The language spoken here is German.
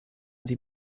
sie